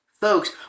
folks